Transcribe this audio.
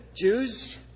Jews